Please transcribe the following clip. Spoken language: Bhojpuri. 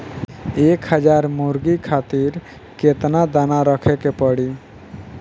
एक हज़ार मुर्गी खातिर केतना दाना रखे के पड़ी?